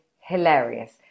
hilarious